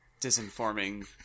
disinforming